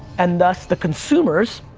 and thus the consumers,